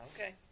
Okay